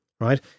right